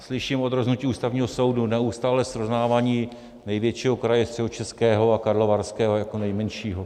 Slyším od rozhodnutí Ústavního soudu neustálé srovnávání největšího kraje Středočeského a Karlovarského jako nejmenšího.